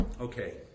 okay